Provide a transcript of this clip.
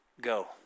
go